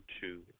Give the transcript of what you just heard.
two